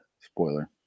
spoiler